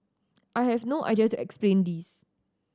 I have no to explain this